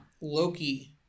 loki